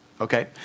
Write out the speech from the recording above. Okay